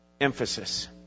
emphasis